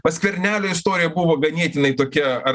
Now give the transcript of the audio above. pas skvernelį istorija buvo ganėtinai tokia ar